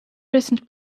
recent